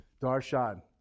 Darshan